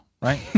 right